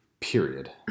Period